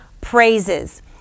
praises